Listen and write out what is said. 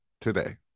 today